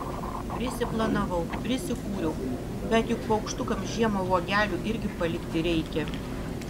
prisiplanavau prisikūriau bet juk paukštukams žiemą uogelių irgi palikti reikia